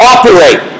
operate